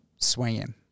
swinging